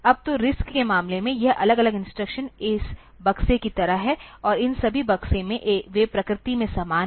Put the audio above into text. अब तो RISC के मामले में यह अलग अलग इंस्ट्रक्शंस इस बक्से की तरह हैं और इन सभी बक्से में वे प्रकृति में समान हैं